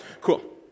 cool